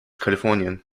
kalifornien